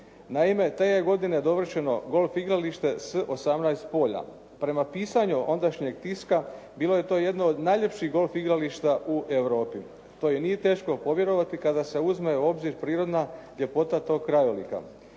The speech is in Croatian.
Naime te je godine dovršeno golf igralište s 18 polja. Prema pisanju ondašnjeg tiska bilo je to jedno od najljepših golf igrališta u Europi. To i nije teško povjerovati kada se uzme u obzir prirodna ljepota tog krajolika.